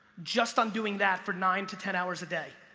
just on doing that for nine to ten hours a day.